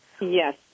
Yes